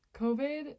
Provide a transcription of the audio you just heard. COVID